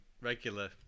regular